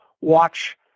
watch